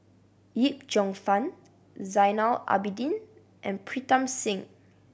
Yip Cheong Fun Zainal Abidin and Pritam Singh